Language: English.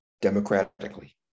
democratically